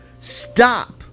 Stop